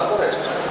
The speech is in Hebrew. מה קורה?